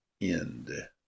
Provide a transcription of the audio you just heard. end